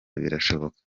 birashoboka